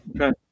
Okay